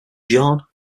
jean